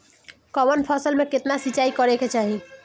कवन फसल में केतना सिंचाई करेके चाही?